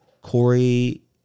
Corey